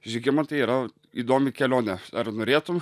žygimantai yra įdomi kelionė ar norėtum